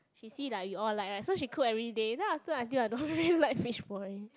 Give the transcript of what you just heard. she see like we all like right so she cook everyday then after that until I don't really like fishball already